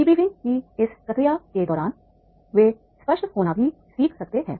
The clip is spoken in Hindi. डीब्रीफिंग की इस प्रक्रिया के दौरान वे स्पष्ट होना भी सीख सकते हैं